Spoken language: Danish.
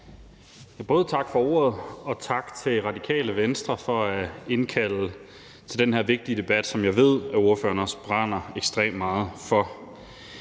(SF): Tak for ordet, og tak til Radikale Venstre for at indkalde til den her vigtige debat, som jeg ved at ordføreren også brænder ekstremt meget for.